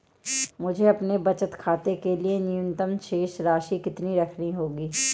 मुझे अपने बचत खाते के लिए न्यूनतम शेष राशि कितनी रखनी होगी?